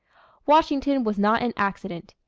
washington was not an accident.